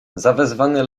zawezwany